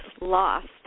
lost